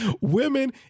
Women